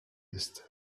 ist